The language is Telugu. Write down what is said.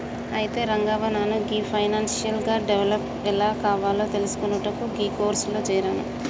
అయితే రంగవ్వ నాను గీ ఫైనాన్షియల్ గా డెవలప్ ఎలా కావాలో తెలిసికొనుటకు గీ కోర్సులో జేరాను